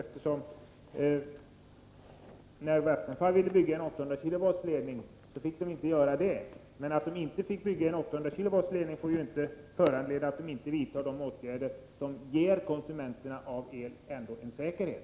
Vattenfall fick visserligen inte bygga den 800-kilovoltsledning som man önskade, men detta får ju inte föranleda Vattenfall att inte vidta de åtgärder som behövs för att ge elkonsumenterna säkerhet.